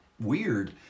weird